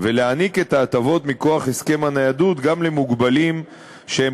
ולהעניק את ההטבות מכוח הסכם הניידות גם למוגבלים שהם